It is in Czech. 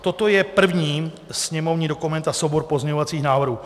Toto je první sněmovní dokument a soubor pozměňovacích návrhů.